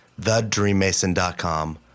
TheDreamMason.com